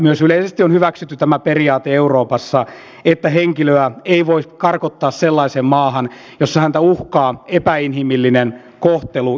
myös yleisesti on hyväksytty tämä periaate euroopassa että henkilöä ei voi karkottaa sellaiseen maahan missä häntä uhkaa epäinhimillinen kohtelu